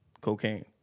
cocaine